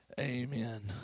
Amen